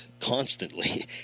constantly